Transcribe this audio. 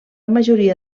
majoria